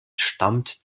stammt